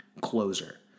closer